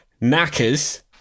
knackers